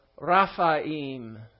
Raphaim